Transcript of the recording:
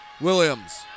Williams